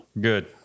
Good